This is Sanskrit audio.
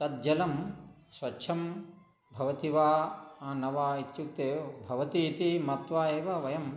तज्जलं स्वच्छं भवति वा न वा इत्युक्ते भवतीति मत्वा एव वयम्